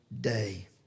day